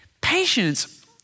Patience